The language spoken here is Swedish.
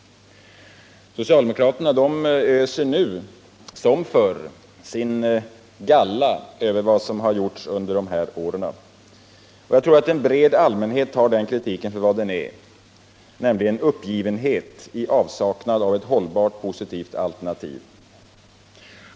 Socialdemokraterna öser nu, som förr, sin galla över vad som under de åren gjordes. En bred allmänhet tar den kritiken för vad den är — uppgivenhet i avsaknad av ett hållbart positivt alternativ.